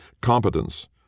Competence